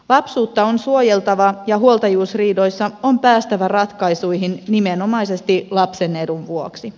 lapsuutta on suojeltava ja huoltajuusriidoissa on päästävä ratkaisuihin nimenomaisesti lapsen edun vuoksi